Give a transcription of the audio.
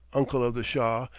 uncle of the shah,